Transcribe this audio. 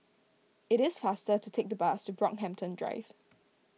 it is faster to take the bus to Brockhampton Drive